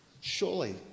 Surely